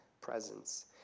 Presence